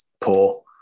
poor